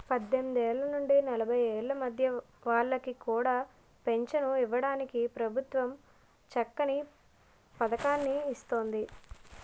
పద్దెనిమిదేళ్ల నుండి నలభై ఏళ్ల మధ్య వాళ్ళకి కూడా పెంచను ఇవ్వడానికి ప్రభుత్వం చక్కని పదకాన్ని ఇస్తోంది